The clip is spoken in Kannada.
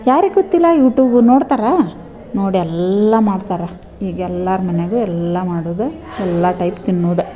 ಯಾರಿಗೆ ಗೊತ್ತಿಲ್ಲ ಯುಟೂಬು ನೋಡ್ತಾರೆ ನೋಡಿ ಎಲ್ಲ ಮಾಡ್ತಾರೆ ಈಗ ಎಲ್ಲರ ಮನೆಗೂ ಎಲ್ಲ ಮಾಡೋದೇ ಎಲ್ಲ ಟೈಪ್ ತಿನ್ನೋದೇ